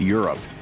Europe